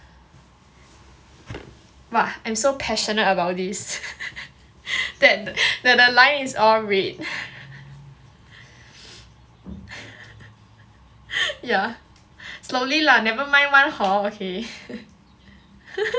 !wah! I'm so passionate about this that the line is all red yeah slowly lah nevermind [one] hor okay